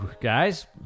guys